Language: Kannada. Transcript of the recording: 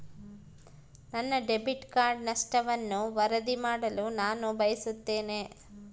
ನನ್ನ ಡೆಬಿಟ್ ಕಾರ್ಡ್ ನಷ್ಟವನ್ನು ವರದಿ ಮಾಡಲು ನಾನು ಬಯಸುತ್ತೇನೆ